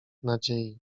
nadziei